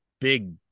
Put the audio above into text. big